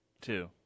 two